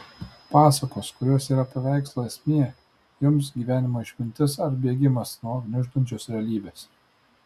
pasakos kurios yra paveikslų esmė jums gyvenimo išmintis ar bėgimas nuo gniuždančios realybės